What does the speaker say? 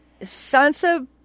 Sansa